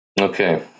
Okay